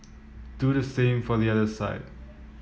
do the same for the other side